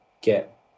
get